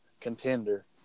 contender